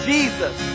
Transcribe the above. Jesus